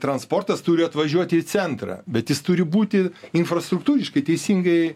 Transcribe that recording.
transportas turi atvažiuoti į centrą bet jis turi būti infrastruktūriškai teisingai